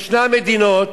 יש מדינות